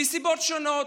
מסיבות שונות,